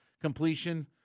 completion